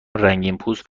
رنگینپوست